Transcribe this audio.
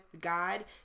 God